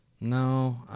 No